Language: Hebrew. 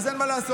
אז אין מה לעשות.